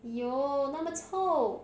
!aiyo! 那么臭